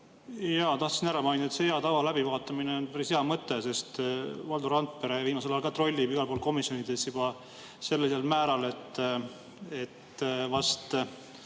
panna. Tahtsin ära mainida, et see hea tava läbivaatamine on päris hea mõte, sest Valdo Randpere viimasel ajal trollib igal pool komisjonides juba sellisel määral, et vast